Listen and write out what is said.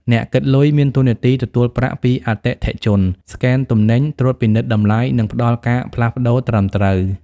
អ្នកគិតលុយ មានតួនាទីទទួលប្រាក់ពីអតិថិជន ស្កេនទំនិញ ត្រួតពិនិត្យតម្លៃ និងផ្តល់ការផ្លាស់ប្តូរត្រឹមត្រូវ។